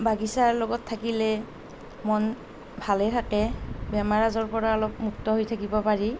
বাগিচাৰ লগত থাকিলে মন ভালে থাকে বেমাৰ আজাৰৰ পৰা অলপ মুক্ত হৈ থাকিব পাৰি